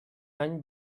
any